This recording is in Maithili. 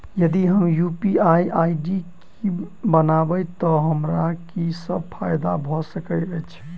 यदि हम यु.पी.आई आई.डी बनाबै तऽ हमरा की सब फायदा भऽ सकैत अछि?